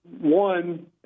One